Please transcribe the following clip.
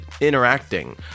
interacting